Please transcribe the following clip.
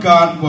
God